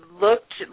looked